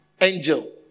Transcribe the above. angel